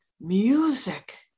music